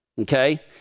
okay